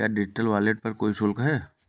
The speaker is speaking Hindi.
क्या डिजिटल वॉलेट पर कोई शुल्क है?